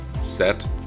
Set